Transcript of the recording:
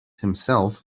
himself